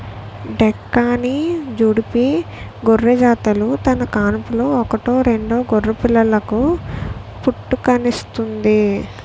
డెక్కాని, జుడిపి గొర్రెజాతులు తన కాన్పులో ఒకటో రెండో గొర్రెపిల్లలకు పుట్టుకనిస్తుంది